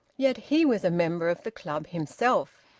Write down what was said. yet he was a member of the club himself.